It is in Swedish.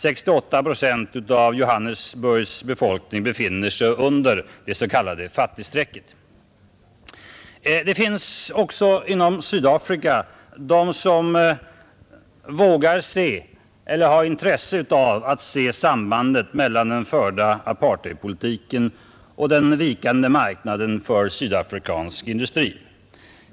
68 procent av Johannesburgs befolkning befinner sig under det s.k. ”fattigstrecket”. Det finns också inom Sydafrika de som vågar se eller har intresse av att se sambandet mellan den förda apartheidpolitiken och den vikande marknaden för sydafrikansk industri.